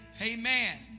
amen